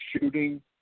shooting